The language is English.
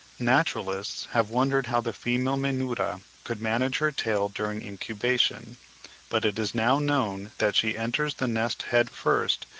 naturalists have wondered how the female menura could manage her tail during incubation but it is now known that she enters the nest head first,